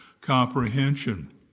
comprehension